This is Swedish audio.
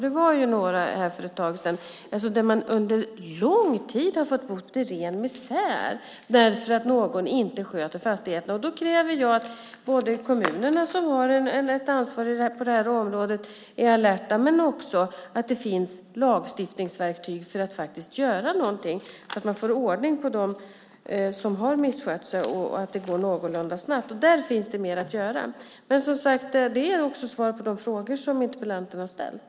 Det var ju några reportage för ett tag sedan om att människor under en lång tid har fått bo i ren misär därför att någon inte sköter fastigheterna i fråga. Jag kräver att kommunerna, som har ett ansvar på området, är alerta och också att det finns lagstiftningsverktyg för att faktiskt göra någonting så att man får ordning på dem som har misskött sig och så att det går någorlunda snabbt. Där finns det mer att göra. Det här är alltså mina svar på frågor som interpellanten har ställt.